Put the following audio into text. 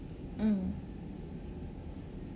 mm